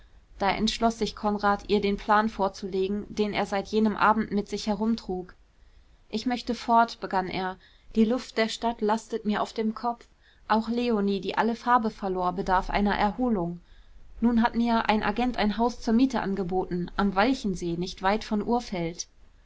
da entschloß sich konrad ihr den plan vorzulegen den er seit jenem abend mit sich herumtrug ich möchte fort begann er die luft der stadt lastet mir auf dem kopf auch leonie die alle farbe verlor bedarf der erholung nun hat mir ein agent ein haus zur miete angeboten am walchensee nicht weit von urfeld